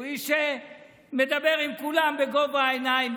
הוא איש שמדבר עם כולם בגובה העיניים.